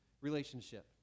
relationship